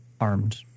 armed